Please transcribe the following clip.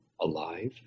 alive